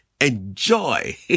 enjoy